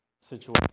situation